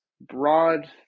broad